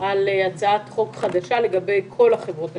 על הצעת חוק חדשה לגבי כל חברות השמירה,